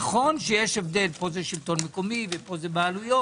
נכון שיש הבדל, פה זה שלטון מקומי ופה זה בעלויות.